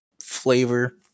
flavor